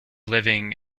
living